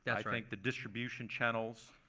yeah i think the distribution channels,